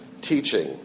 teaching